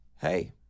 hey